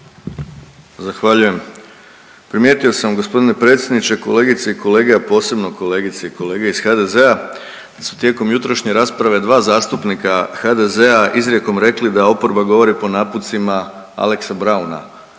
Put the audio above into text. Zahvaljujem. Primijetio sam g. predsjedniče, kolegice i kolege, a posebno kolegice i kolege iz HDZ-a da su tijekom jutrošnje rasprave dva zastupnika HDZ-a izrijekom rekli da oporba govori po napucima Alexa Brauna